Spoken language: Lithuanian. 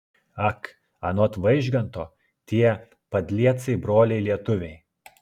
ak anot vaižganto tie padliecai broliai lietuviai